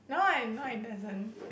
no eh no it doesn't